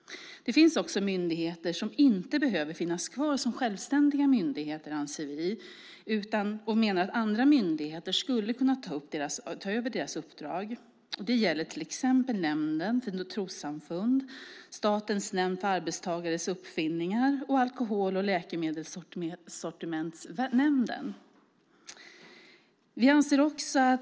Det finns också myndigheter som inte behöver finnas kvar som självständiga myndigheter, och vi menar att andra myndigheter kan ta över deras uppdrag. Det gäller till exempel Nämnden för statligt stöd till trossamfunden, Statens nämnd för arbetstagares uppfinningar och Alkohol och läkemedelssortimentsnämnden.